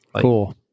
Cool